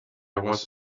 was